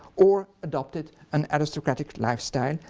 or adopted an aristocratic lifestyle,